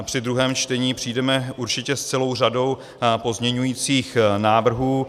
Při druhém čtení přijdeme určitě s celou řadou pozměňujících návrhů.